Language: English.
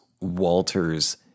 Walter's